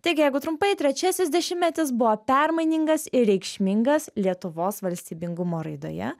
taigi jeigu trumpai trečiasis dešimtmetis buvo permainingas ir reikšmingas lietuvos valstybingumo raidoje